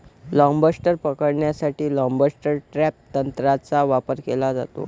lobster पकडण्यासाठी lobster trap तंत्राचा वापर केला जातो